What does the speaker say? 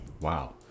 Wow